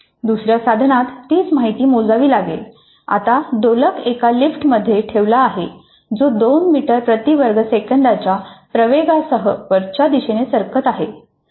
दुसऱ्या साधनात तीच माहिती मोजावी लागेल आता दोलक एका लिफ्टमध्ये ठेवला आहे जो 2 मीटर प्रती वर्ग सेकंदच्या प्रवेगासह वरच्या दिशेने सरकत आहे